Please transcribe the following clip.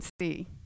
see